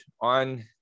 on